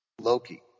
Loki